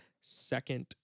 Second